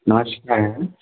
नमस्कारः